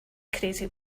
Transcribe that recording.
crazy